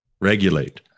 regulate